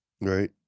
Right